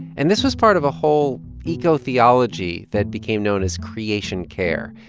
and this was part of a whole eco-theology that became known as creation care,